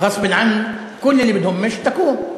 (אומר דברים בשפה הערבית).